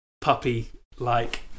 puppy-like